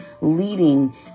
leading